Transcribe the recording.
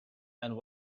and